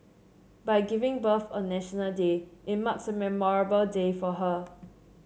by giving birth on National Day it marks a memorable day for her